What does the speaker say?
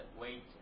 wait